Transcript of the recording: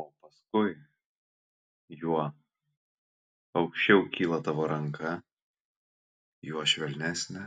o paskui juo aukščiau kyla tavo ranka juo švelnesnę